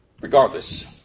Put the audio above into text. Regardless